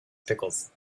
pickles